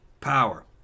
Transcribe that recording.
power